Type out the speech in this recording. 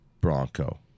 Bronco